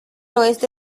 oeste